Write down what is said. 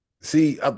See